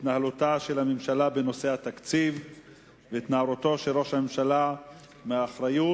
התנהלותה של הממשלה בנושא התקציב והתנערותו של ראש הממשלה מאחריות